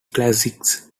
classics